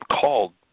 called